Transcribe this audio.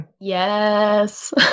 Yes